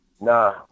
Nah